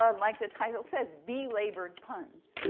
ah like the title says, bee-labored puns.